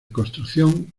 construcción